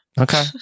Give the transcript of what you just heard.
Okay